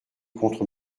contre